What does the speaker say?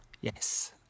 Yes